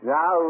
Now